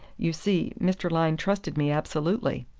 you see, mr. lyne trusted me absolutely.